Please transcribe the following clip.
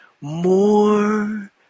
more